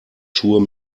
schuhe